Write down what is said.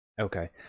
Okay